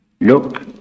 look